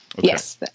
Yes